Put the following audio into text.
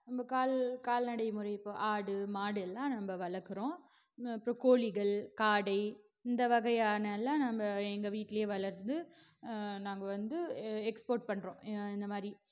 நம்ம கால் கால்நடை முறை ஆடு மாடு எல்லாம் நம்ம வளர்க்குறோம் அப்புறம் கோழிகள் காடை இந்த வகையானெலாம் நம்ம எங்கள் வீட்லேயே வளருது நாங்கள் வந்து எக்ஸ்போர்ட் பண்ணுறோம் இந்த மாதிரி